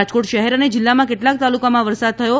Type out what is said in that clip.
રાજકોટ શહેર અને જીલ્લામાં કેટલાક તાલુકામાં વરસાદ થયો છે